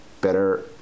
better